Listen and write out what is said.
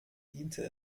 diente